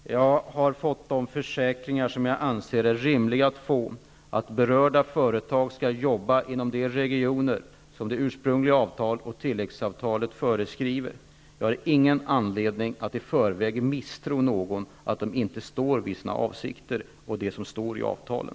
Fru talman! Jag har fått de försäkringar jag anser rimliga, dvs. att berörda företag skall arbeta inom de regioner det ursprungliga avtalet och tilläggsavtalet föreskriver. Jag har ingen anledning att i förväg misstro någon om att de inte står vid sina avsikter och det som står i avtalen.